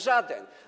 Żaden.